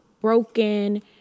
broken